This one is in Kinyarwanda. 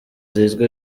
zizwi